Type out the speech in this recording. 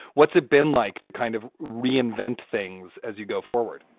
what's it been like to kind of reinvent things as you go forward?